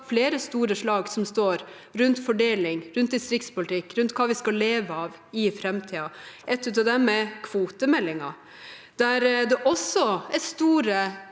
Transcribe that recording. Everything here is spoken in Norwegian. flere store slag som står rundt fordeling, rundt distriktspolitikk og rundt hva vi skal leve av i framtiden. Et av dem er kvotemeldingen, der det også er store